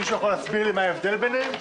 מישהו יכול להסביר לי מה ההבדל ביניהן?